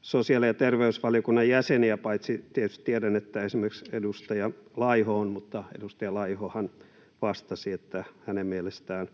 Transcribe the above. sosiaali- ja terveysvaliokunnan jäseniä — paitsi tietysti tiedän, että esimerkiksi edustaja Laiho on, mutta edustaja Laihohan vastasi, että hänen mielestään